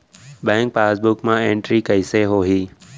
Bank passbook मा entry कइसे होही?